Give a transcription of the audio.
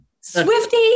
Swifty